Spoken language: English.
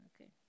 Okay